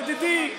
ידידי,